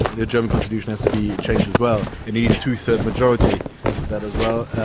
the german constitution has to be changed as well. you need a two-third majority for that as well.